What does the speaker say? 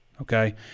okay